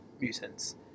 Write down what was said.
mutants